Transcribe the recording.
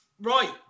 Right